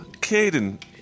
Caden